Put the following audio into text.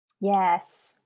Yes